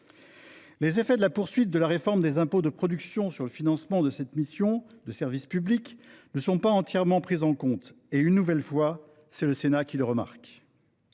Les effets de la poursuite de la réforme des impôts de production sur le financement de cette mission de service public ne sont pas entièrement pris en compte – et une nouvelle fois, c’est le Sénat qui le remarque…